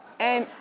and,